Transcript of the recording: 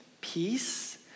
peace